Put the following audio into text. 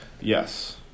Yes